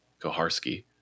Koharski